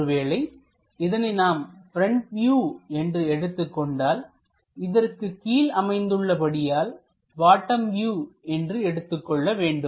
ஒருவேளை இதனை நாம் ப்ரெண்ட் வியூ என்று எடுத்துக் கொண்டால் இதற்கு கீழ் அமைந்துள்ள படியால் பாட்டம் வியூ என்று எடுத்துக் கொள்ளவேண்டும்